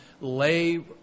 lay